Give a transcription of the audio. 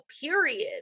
period